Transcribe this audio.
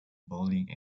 bowling